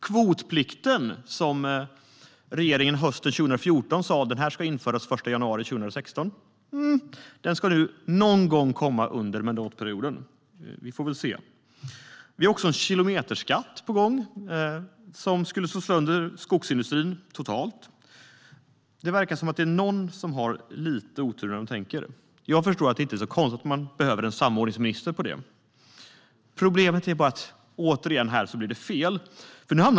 Hösten 2014 sa regeringen att kvotplikten ska införas den 1 januari 2016. Den ska nu komma någon gång under mandatperioden. Vi får väl se. Det är också en kilometerskatt på gång som skulle slå sönder skogsindustrin totalt. Det verkar som att det är någon som har otur med hur man tänker. Jag förstår att man behöver en samordningsminister för det; det är inte så konstigt. Problemet är bara att det blir fel.